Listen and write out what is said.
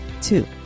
Two